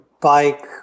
bike